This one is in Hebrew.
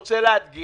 אני רוצה להדגיש